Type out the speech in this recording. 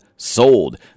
Sold